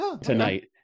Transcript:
tonight